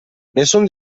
nessun